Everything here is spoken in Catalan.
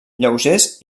lleugers